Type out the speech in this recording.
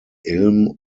ilm